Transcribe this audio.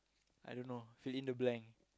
I don't know fill in the blank